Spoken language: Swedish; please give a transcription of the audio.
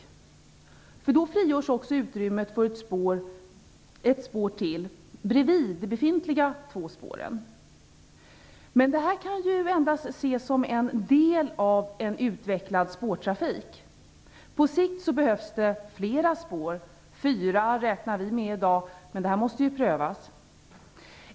Då frigörs också utrymme för ett spår till bredvid de befintliga två spåren. Men det kan bara ske som en del av en utveckling av spårtrafiken. På sikt behövs det flera spår - fyra räknar vi med i dag, men det måste prövas.